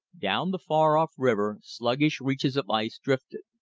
down the far-off river, sluggish reaches of ice drifted.